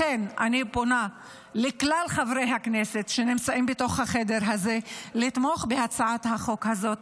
לכן אני פונה לכלל חברי הכנסת שנמצאים בחדר הזה לתמוך בהצעת החוק הזאת,